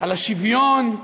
על השוויון,